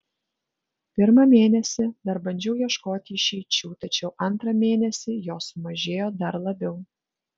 pirmą mėnesį dar bandžiau ieškoti išeičių tačiau antrą mėnesį jos sumažėjo dar labiau